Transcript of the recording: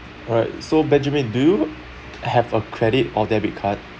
alright so benjamin do you have a credit or debit card